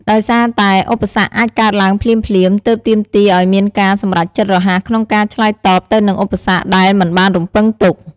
ដោយសារតែឧបសគ្គអាចកើតឡើងភ្លាមៗ ទើបទាមទារឲ្យមានការសម្រេចចិត្តរហ័សក្នុងការឆ្លើយតបទៅនឹងឧបសគ្គដែលមិនបានរំពឹងទុក។